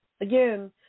Again